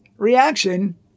reaction